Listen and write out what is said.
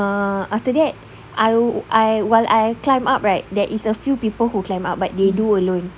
ah after that I while I climb up right there is a few people who climb up but they do alone